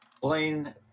Blaine